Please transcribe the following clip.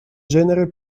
genere